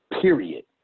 Period